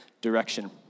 direction